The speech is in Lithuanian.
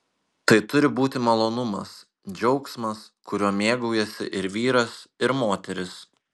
tai turi būti malonumas džiaugsmas kuriuo mėgaujasi ir vyras ir moteris